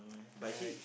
but he